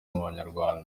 bw’abanyarwanda